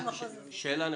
כן.